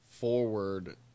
forward